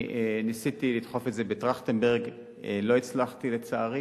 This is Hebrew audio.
ניסיתי לדחוף את זה בטרכטנברג ולא הצלחתי, לצערי.